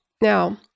Now